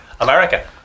America